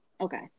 okay